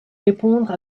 répondre